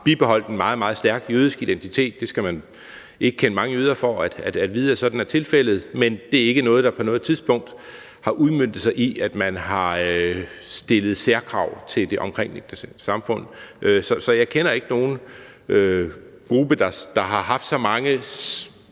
bibeholdt en meget, meget stærk jødisk identitet – det skal man ikke kende mange jøder for at vide er tilfældet – men det er ikke noget, der på noget tidspunkt har udmøntet sig i, at man har stillet særkrav til det omkringliggende samfund. Så jeg kender ikke nogen gruppe, der har haft så mange